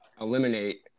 eliminate